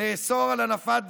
לאסור את הנפת דגלו.